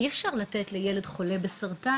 שאי אפשר לתת יחס אחר לילד שחולה בסרטן,